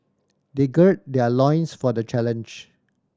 they gird their loins for the challenge